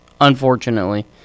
Unfortunately